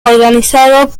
organizado